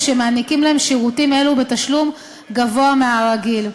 או שנותנים להם שירותים אלו בתשלום גבוה מהרגיל.